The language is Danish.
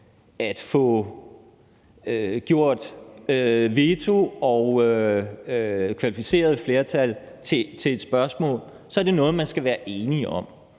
at få det om veto og kvalificeret flertal sat på som et spørgsmål, er det noget, man skal være enig om.